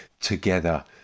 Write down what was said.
together